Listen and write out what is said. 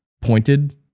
pointed